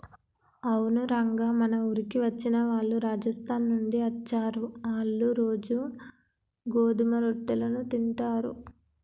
అవును రంగ మన ఊరికి వచ్చిన వాళ్ళు రాజస్థాన్ నుండి అచ్చారు, ఆళ్ళ్ళు రోజూ గోధుమ రొట్టెలను తింటారు